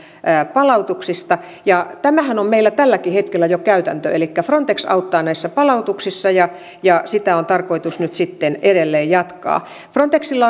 palautuksista ja tämähän on meillä tälläkin hetkellä jo käytäntö elikkä frontex auttaa näissä palautuksissa ja ja sitä on tarkoitus nyt sitten edelleen jatkaa frontexilla